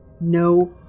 No